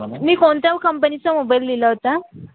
मी कोणत्या कंपनीचा मोबाईल दिला होता